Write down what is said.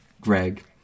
Greg